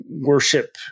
worship